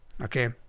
okay